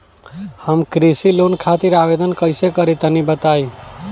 हम कृषि लोन खातिर आवेदन कइसे करि तनि बताई?